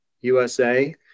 USA